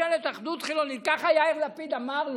ממשלת אחדות חילונית, ככה יאיר לפיד אמר לו,